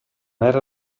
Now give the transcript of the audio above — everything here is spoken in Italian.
era